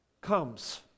comes